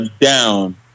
down